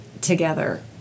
together